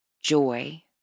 joy